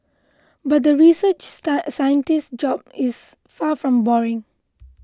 but the research scientist's job is far from boring